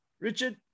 Richard